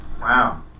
Wow